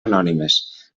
anònimes